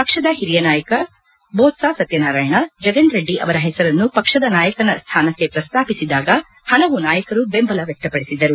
ಪಕ್ಷದ ಹಿರಿಯ ನಾಯಕ ಬೋತ್ತಾ ಸತ್ಯನಾರಾಯಣ ಜಗನ್ ರೆಡ್ಡಿ ಅವರ ಹೆಸರನ್ನು ಪಕ್ಷದ ನಾಯಕನ ಸ್ನಾನಕ್ಕೆ ಪ್ರಸ್ನಾಪಿಸಿದಾಗ ಹಲವು ನಾಯಕರು ಬೆಂಬಲ ವ್ಯಕ್ತಪಡಿಸಿದರು